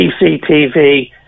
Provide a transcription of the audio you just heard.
CCTV